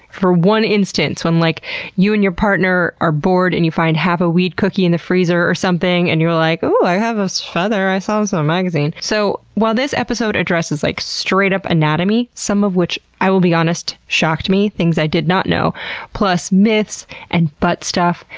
for one instance, when like you and your partner are bored and you find half a weed cookie in the freezer or something and you're like, oooh, i have this feather. i saw this in a magazine. so, while this episode addresses like straight up anatomy, some of which, i will be honest, shocked me things i did not know plus myths and butt stuff,